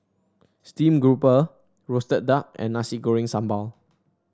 Steamed Garoupa roasted duck and Nasi Goreng Sambal